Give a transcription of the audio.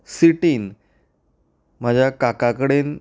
सिटींत म्हज्या काका कडेन